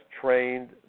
trained